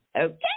Okay